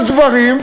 יש דברים,